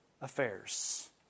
affairs